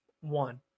one